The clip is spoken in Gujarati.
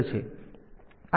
તેથી આ DPH છે